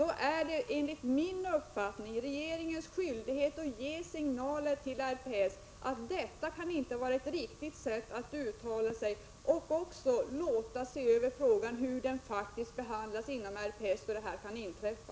Då är det enligt min uppfattning regeringens skyldighet att ge signaler till rikspolisstyrelsen att detta inte kan vara ett riktigt sätt att uttala sig och också låta se över hur dessa frågor faktiskt behandlas inom rikspolisstyrelsen, när sådant här kan inträffa.